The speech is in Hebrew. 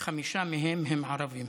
וחמישה מהם ערבים.